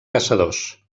caçadors